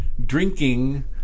drinking